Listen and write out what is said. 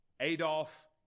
Adolf